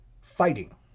fighting